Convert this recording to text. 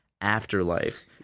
afterlife